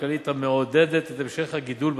כלכלית המעודדת את המשך הגידול בתעסוקה.